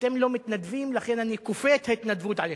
אתם לא מתנדבים, לכן אני כופה את ההתנדבות עליכם.